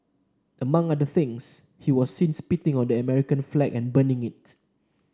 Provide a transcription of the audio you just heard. among other things he was seen spitting on the American flag and burning it